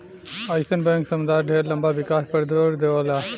अइसन बैंक समुदाय ढेर लंबा विकास पर जोर देवेला